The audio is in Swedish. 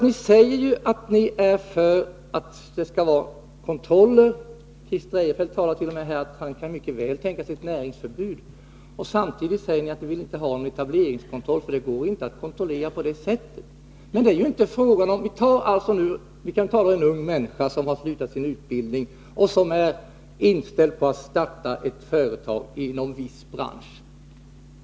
Ni säger ju att ni är för att det skall vara kontroller — Christer Eirefelt talade t.o.m. om att han mycket väl kan tänka sig ett näringsförbud — men samtidigt säger ni att ni inte vill ha någon etableringskontroll, för det går inte att kontrollera på det sättet. Ta en ung människa som har avslutat sin utbildning och som är inställd på att starta ett företag inom viss bransch!